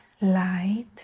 light